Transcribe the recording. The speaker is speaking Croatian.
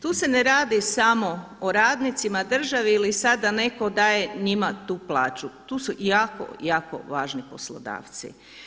Tu se ne radi samo o radnicima, državi ili sad da netko daje njima tu plaću, tu su jako, jako važni poslodavci.